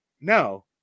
no